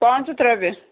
پانٛژھ ہَتھ رۄپیہِ